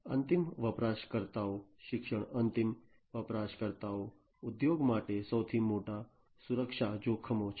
અંતિમ વપરાશકર્તા શિક્ષણ અંતિમ વપરાશકર્તાઓ ઉદ્યોગ માટે સૌથી મોટા સુરક્ષા જોખમો છે